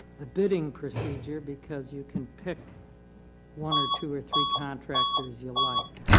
the bidding procedure because you can pick one or two or three contractors you like.